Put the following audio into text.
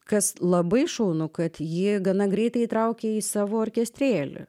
kas labai šaunu kad ji gana greitai įtraukė į savo orkestrėlį